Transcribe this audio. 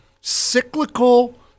cyclical